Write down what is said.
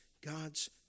God's